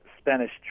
Spanish